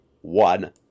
one